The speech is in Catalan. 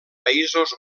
països